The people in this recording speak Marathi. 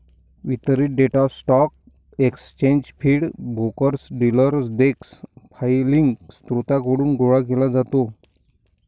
वितरित data stock exchange feed, brokers, dealer desk filing स्त्रोतांकडून गोळा केला जातो